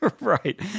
Right